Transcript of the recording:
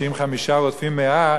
שאם חמישה רודפים 100,